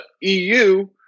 EU